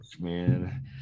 man